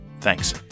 Thanks